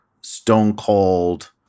stone-cold